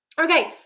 okay